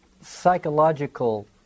psychological